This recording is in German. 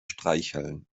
streicheln